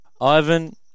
Ivan